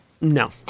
No